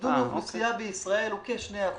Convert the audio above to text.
גידול האוכלוסייה בישראל הוא כ-2%,